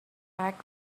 act